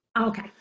okay